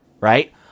Right